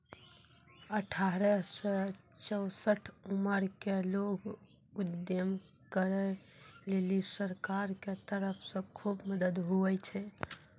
अठारह से चौसठ उमर के लोग उद्यम करै लेली सरकार के तरफ से खुब मदद हुवै पारै